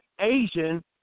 Asian